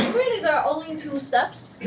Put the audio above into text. there are only two steps,